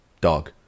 dog